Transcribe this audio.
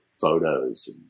photos